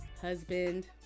husband